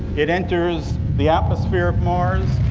it enters the atmosphere of mars.